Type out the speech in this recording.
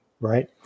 right